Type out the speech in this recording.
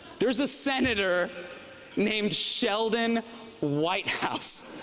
there's a senator named sheldon whitehouse.